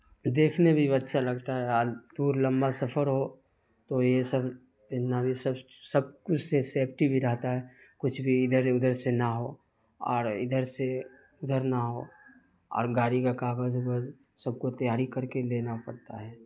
دیکھنے بھی اچھا لگتا ہے اور دور لمبا سفر ہو تو یہ سب اتنا بھی سب سب کچھ سے سیپٹی بھی رہتا ہے کچھ بھی ادھر ادھر سے نہ ہو اور ادھر سے ادھر نہ ہو اور گاڑی کا کاغذ ووغذ سب کچھ تیاری کر کے دینا پڑتا ہے